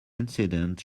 incident